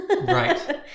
Right